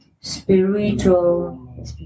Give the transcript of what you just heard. spiritual